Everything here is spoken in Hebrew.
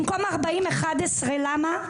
במקום 40 הגיעו 11. למה?